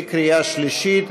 בקריאה שלישית,